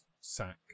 sack